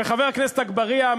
וחבר הכנסת אגבאריה,